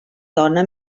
dona